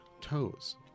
toes